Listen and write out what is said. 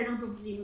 סדר דוברים,